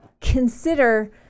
Consider